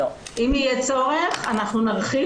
אם יהיה צורך אנחנו נרחיב.